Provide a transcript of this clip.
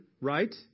right